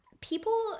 People